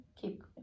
keep